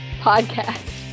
podcast